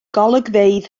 golygfeydd